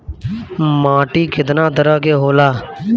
माटी केतना तरह के होला?